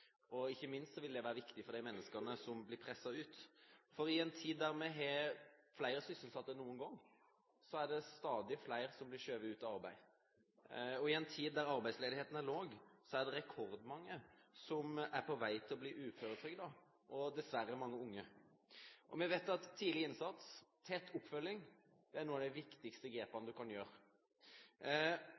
arbeid. Ikke minst vil det være viktig for de menneskene som blir presset ut. I en tid der vi har flere sysselsatte enn noen gang, er det stadig flere som blir skjøvet ut av arbeidslivet. I en tid der arbeidsledigheten er lav, er det rekordmange som er på vei til å bli uføretrygdet, og dessverre mange unge. Vi vet at tidlig innsats og tett oppfølging er noen av de viktigste grepene man kan gjøre.